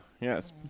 yes